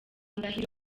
ndahiro